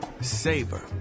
savor